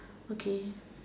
okay